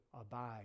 abide